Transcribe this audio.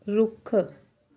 ਰੁੱਖ